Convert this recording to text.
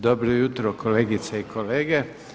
Dobro jutro kolegice i kolege.